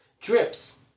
Drips